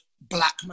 black